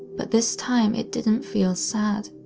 but this time it didn't feel sad,